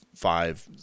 five